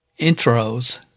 intros